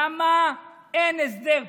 למה אין הסדר פה?